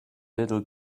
little